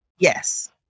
Yes